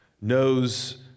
knows